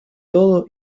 todo